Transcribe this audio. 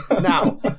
Now